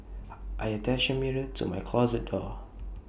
I attached A mirror to my closet door